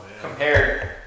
compared